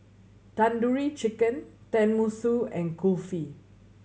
Tandoori Chicken Tenmusu and Kulfi